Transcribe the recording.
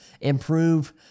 improve